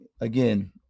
Again